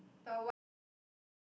the what the ah ya